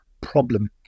problem